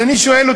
אז אני שואל,